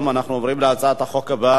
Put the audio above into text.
אנחנו עוברים להצעת החוק הבאה: